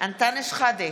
אנטאנס שחאדה,